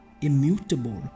immutable